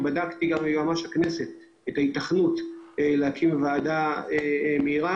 בדקתי את זה עם יועמ"ש הכנסת לבדוק היתכנות להקים ועדה מהירה.